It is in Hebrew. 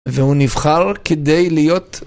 והוא נבחר כדי להיות